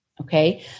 Okay